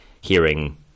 hearing